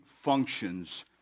functions